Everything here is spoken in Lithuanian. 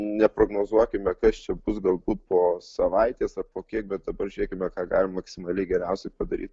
neprognozuokime kas čia bus galbūt po savaitės ar po kiek bet dabar žiūrėkime ką galim maksimaliai geriausiai padaryt